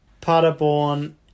Paderborn